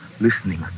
Listening